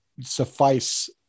suffice